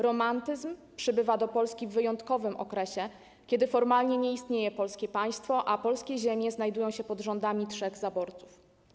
Romantyzm przybywa do Polski w wyjątkowym okresie, kiedy formalnie nie istnieje polskie państwo, a polskie ziemie znajdują się pod rządami trzech zaborców.